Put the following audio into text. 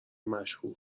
مشهور